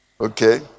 okay